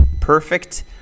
perfect